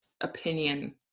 opinion